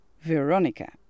Veronica